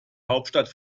hauptstadt